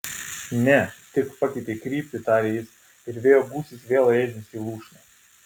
ne tik pakeitė kryptį tarė jis ir vėjo gūsis vėl rėžėsi į lūšną